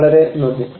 വളരെ നന്ദി